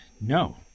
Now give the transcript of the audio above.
No